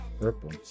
Purple